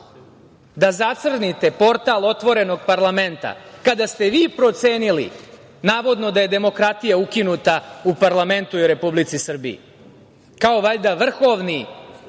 da zacrnite portal Otvorenog parlamenta kada ste vi procenili, navodno da je demokratija ukinuta u parlamentu i Republici Srbiji, kao valjda vrhovni